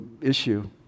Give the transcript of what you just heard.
issue